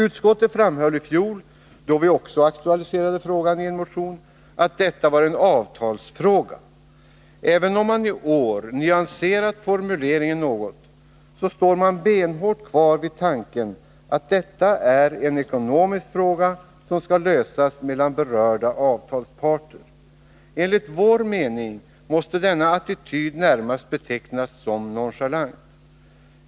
Utskottet framhöll i fjol, då vi också aktualiserade frågan i en motion, att detta var en avtalsfråga. Även om man i år nyanserat formuleringen något, står man benhårt kvar vid tanken att detta är en ekonomisk fråga, som skall lösas mellan berörda avtalsparter. Enligt vår mening måste denna attityd närmast betecknas som nonchalant.